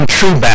true